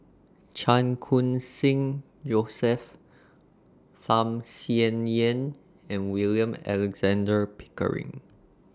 Chan Khun Sing Joseph Tham Sien Yen and William Alexander Pickering